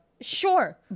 sure